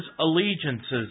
allegiances